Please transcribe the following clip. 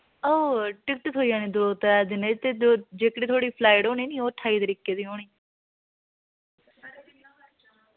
आओ टिकट थ्होई जानी दो त्रै दिने च ते द जेह्कड़ी थुआढ़ी फ्लाइट होनी नी ओ ठाई तरीक दी होनी